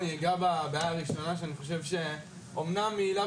אני אגע בבעיה הראשונה שאני חושב שהיא אמנם לאו